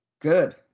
Good